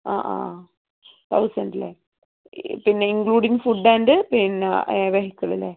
ആഹ് ah thousand അല്ലെ പിന്നെ including food and പിന്നെ വെഹിക്കിൾ അല്ലേ